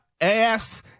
ass